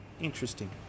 Interesting